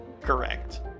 correct